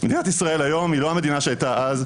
מדינת ישראל היום היא לא המדינה שהייתה אז.